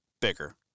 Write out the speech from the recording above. bigger